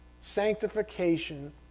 sanctification